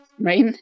Right